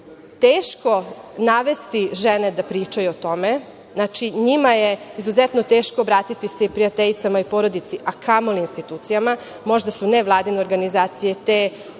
teško navesti žene da pričaju o tome. NJima je izuzetno teško obratiti se i prijateljicama i porodici, a kamoli institucijama. Možda su nevladine organizacije te koje